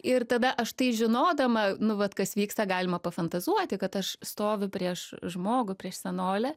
ir tada aš tai žinodama nu vat kas vyksta galima pafantazuoti kad aš stoviu prieš žmogų prieš senolę